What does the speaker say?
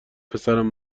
پسرم